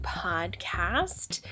podcast